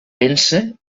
pensa